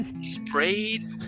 sprayed